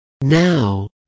Now